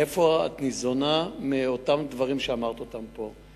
מאיפה את ניזונה על אותם דברים שאמרת אותם פה?